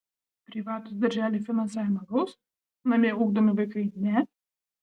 privatūs darželiai finansavimą gaus namie ugdomi vaikai ne